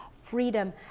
Freedom